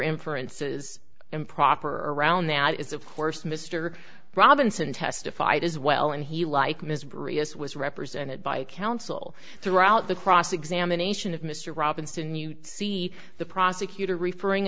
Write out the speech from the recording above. inferences improper around that is of course mr robinson testified as well and he like ms rios was represented by counsel throughout the cross examination of mr robinson you see the prosecutor referring